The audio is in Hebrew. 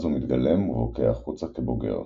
אז הוא מתגלם ובוקע החוצה כבוגר.